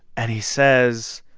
and he says,